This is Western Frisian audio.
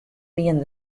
wienen